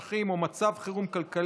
והמשך החקיקה יידון בוועדת הכלכלה.